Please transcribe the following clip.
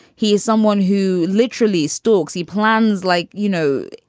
he is someone who literally stalks. he plans like, you know,